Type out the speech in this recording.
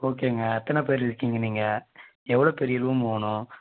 ஓகேங்க எத்தனை பேர் இருக்கீங்க நீங்கள் எவ்வளோ பெரிய ரூம் வேணும்